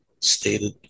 stated